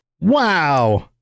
Wow